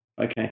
Okay